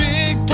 Big